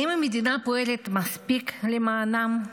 האם המדינה פועלת מספיק למענם?